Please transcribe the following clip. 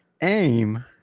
Aim